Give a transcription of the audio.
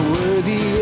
Worthy